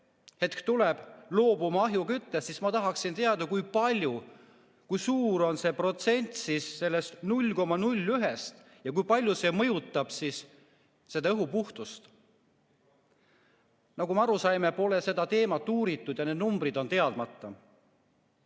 hetk tuleb – loobuma ahjuküttest, siis ma tahaksin teada, kui suur on see protsent sellest 0,01‑st ja kui palju see mõjutab õhu puhtust. Nagu me aru saime, pole seda teemat uuritud ja need numbrid on teadmata.